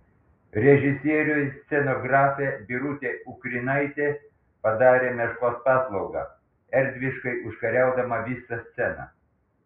režisieriui scenografė birutė ukrinaitė padarė meškos paslaugą erdviškai užkariaudama visą sceną